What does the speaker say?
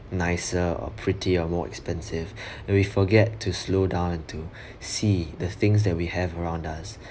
nicer or pretty or more expensive and we forget to slow down and to see the things that we have around us